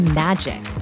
magic